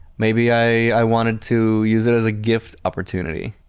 maybe i wanted to use it as a gift opportunity.